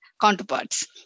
counterparts